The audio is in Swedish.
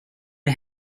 att